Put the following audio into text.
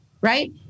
right